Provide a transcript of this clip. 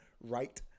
right